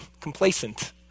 complacent